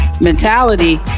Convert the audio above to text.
mentality